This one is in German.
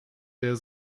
der